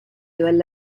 well